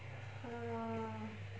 uh